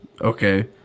okay